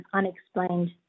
unexplained